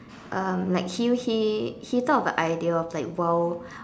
um like he he he thought of an idea of like wild